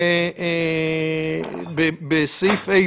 המעבדה שלי בדקה את זה בסקר בקרב אנשים שהסירו את זה.